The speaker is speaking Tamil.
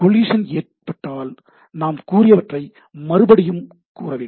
கோலிஷன் ஏற்பட்டால் நான் கூறியவற்றை மறுபடியும் கூறவேண்டும்